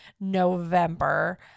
November